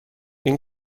این